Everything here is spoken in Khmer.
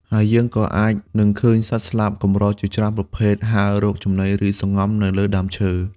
ហើយយើងក៏អាចនឹងឃើញសត្វស្លាបកម្រជាច្រើនប្រភេទហើររកចំណី ឬសំងំនៅលើដើមឈើ។